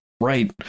right